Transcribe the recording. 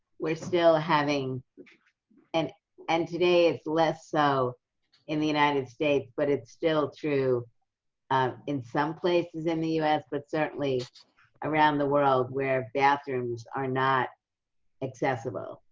we're still having and and today, it's less so in the united states, but it's still true um in some places in the u s, but certainly around the world where bathrooms are not accessible.